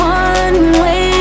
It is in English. one-way